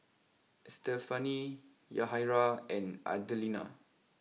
Estefany Yahaira and Adelina